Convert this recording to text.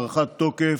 (תיקון) (הארכת תוקף),